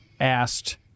asked